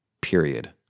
period